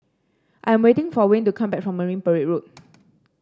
I'm waiting for Wayne to come back from Marine Parade Road